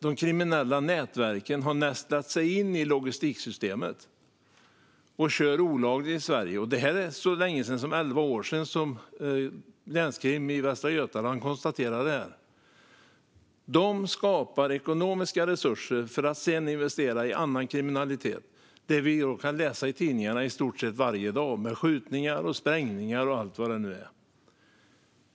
De kriminella nätverken har nästlat sig in i logistiksystemet och kör olagligt i Sverige. Detta konstaterade länskrim i Västra Götaland för så länge som elva år sedan. Man skapar ekonomiska resurser för att sedan investera i annan kriminalitet, som vi kan läsa om i tidningarna i stort sett varje dag. Det handlar om skjutningar, sprängningar och allt vad det nu är.